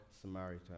Samaritan